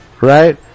right